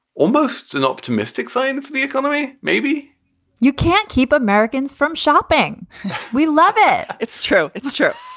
almost an optimistic sign for the economy maybe you can't keep americans from shopping we love it. it's true. it's true